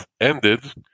ended